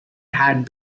had